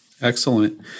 excellent